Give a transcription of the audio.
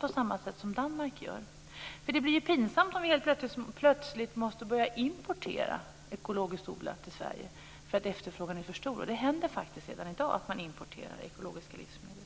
på samma sätt som Danmark gör. Det blir ju pinsamt om vi helt plötsligt måste börja importera ekologiskt odlade livsmedel till Sverige för att efterfrågan är för stor. Det händer faktiskt redan i dag att man importerar ekologiska livsmedel.